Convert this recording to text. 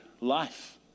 life